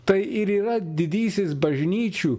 tai ir yra didysis bažnyčių